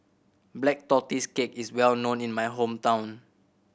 Black Tortoise Cake is well known in my hometown